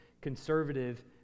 conservative